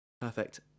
Perfect